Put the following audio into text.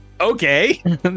Okay